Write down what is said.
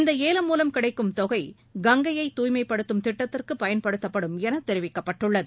இந்த ஏலம் மூலம் கிடைக்கும் தொகை கங்கை தாய்மைப்படுத்தும் திட்டத்திற்கு பயன்படுத்தப்படும் என தெரிவிக்கப்பட்டுள்ளது